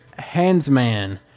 Handsman